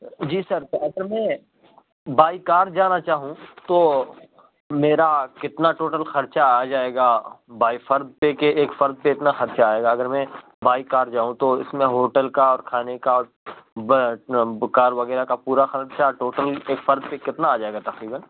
جی sir تو اصل میں بائی کار جانا چاہوں تو میرا کتنا ٹوٹل خرچہ آ جائے گا بائی فرد پہ کہ ایک فرد پہ اتنا خرچہ آئے گا اگر میں بائی کار جاؤں تو اس میں ہوٹل کا اور کھانے کا اور کار وغیرہ کا پورا خرچہ ٹوٹل ایک فرد پہ کتنا آ جائے گا تقریباً